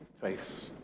face